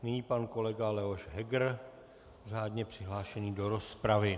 Nyní pan kolega Leoš Heger, řádně přihlášený do rozpravy.